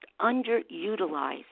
underutilized